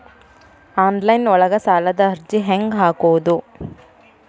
Online ಒಳಗ ಸಾಲದ ಅರ್ಜಿ ಹೆಂಗ್ ಹಾಕುವುದು?